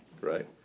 Right